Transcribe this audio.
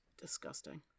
disgusting